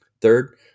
Third